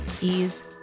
ease